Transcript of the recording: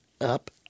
up